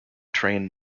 train